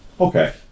Okay